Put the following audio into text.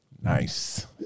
Nice